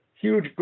huge